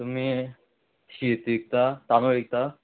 तुमी शीत विकता तांदूळ विकता